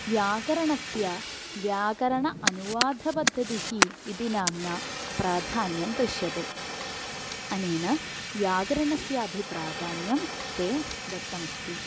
व्याकरणस्य व्याकरण अनुवादपद्धतिः इति नाम्ना प्राधान्यं दृश्यते अनेन व्याकरणस्य अपि प्राधान्यं ते दत्तमस्ति